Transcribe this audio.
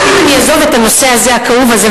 אני אעזוב את הנושא הכאוב הזה,